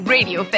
Radio